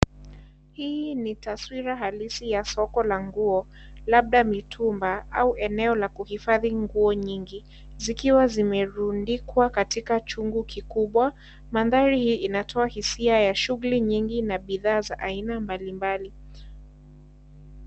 Hii ni taswira halisi ya soko la nguo, labda mitumba, au eneo la kuhifadhi nguo nyingi zikiwa zimerundikwa katika chungu kikubwa. Mandhari hii inatoa hisia ya shughuli nyingi na bidhaa za aina mbalimbali.